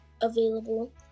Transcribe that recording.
available